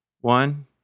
One